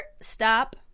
stop